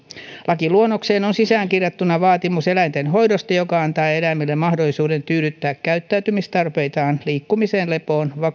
lakiluonnokseen on sisäänkirjattuna vaatimus eläintenhoidosta joka antaa eläimille mahdollisuuden tyydyttää käyttäytymistarpeitaan liikkumiseen lepoon